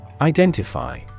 Identify